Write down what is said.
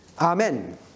Amen